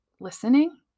listening